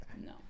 no